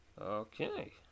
Okay